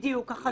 זה בדיוק החזון.